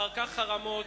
אחר כך חרמות,